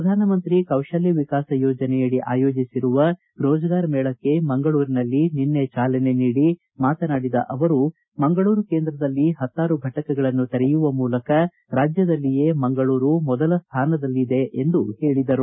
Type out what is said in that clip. ಪ್ರಧಾನಮಂತ್ರಿ ಕೌಶಲ್ಯವಿಕಾಸ ಯೋಜನೆಯಡಿ ಆಯೋಜಿಸಿರುವ ರೋಜಗಾರ ಮೇಳಕ್ಕೆ ಮಂಗಳೂರಿನಲ್ಲಿ ನಿನ್ನೆ ಜಾಲನೆ ನೀಡಿ ಮಾತನಾಡಿದ ಅವರು ಮಂಗಳೂರು ಕೇಂದ್ರದಲ್ಲಿ ಪತ್ತಾರು ಘಟಕಗಳನ್ನು ತೆರೆಯುವ ಮೂಲಕ ರಾಜ್ಯದಲ್ಲಿಯೇ ಮಂಗಳೂರು ಮೊದಲ ಸ್ಥಾನದಲ್ಲಿ ಇದೆ ಎಂದು ಹೇಳಿದರು